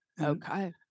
Okay